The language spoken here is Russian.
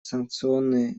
санкционные